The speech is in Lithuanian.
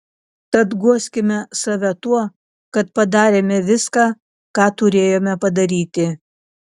tad guoskime save tuo kad padarėme viską ką turėjome padaryti